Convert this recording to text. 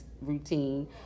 routine